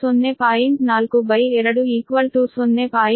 4 by 2 0